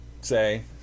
say